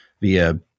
via